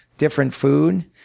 different food.